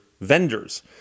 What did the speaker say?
vendors